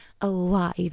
alive